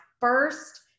first